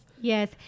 Yes